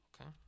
Okay